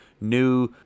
new